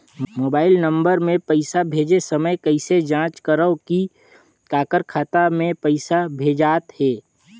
Mobile number मे पइसा भेजे समय कइसे जांच करव की काकर खाता मे पइसा भेजात हे?